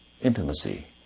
intimacy